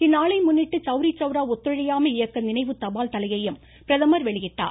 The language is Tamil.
இந்நாளை முன்னிட்டு சௌரி சௌரா ஒத்துழையாமை இயக்க நினைவு தபால் தலையையும் பிரதமர் வெளியிட்டார்